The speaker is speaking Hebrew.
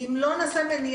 כי אם לא נעשה מניעה,